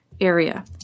area